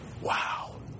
wow